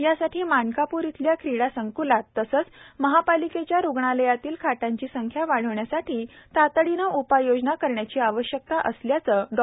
यासाठी मानकाप्र येथील क्रीडा संकलात तसेच महापालिकेच्या रुग्णालयातील बेडची संख्या वाढविण्यासाठी तातडीने उपाययोजना करण्याची आवश्यकता असल्याचे डॉ